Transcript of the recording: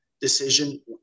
decision